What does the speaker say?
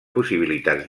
possibilitats